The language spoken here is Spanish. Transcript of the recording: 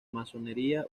masonería